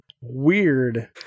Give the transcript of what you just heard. Weird